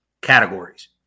categories